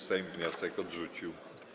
Sejm wniosek odrzucił.